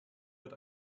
wird